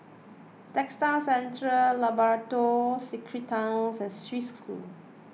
Textile Centre Labrador Secret Tunnels and Swiss School